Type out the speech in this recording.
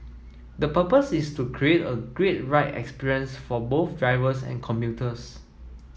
the purpose is to create a great ride experience for both drivers and commuters